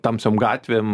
tamsiom gatvėm